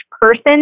person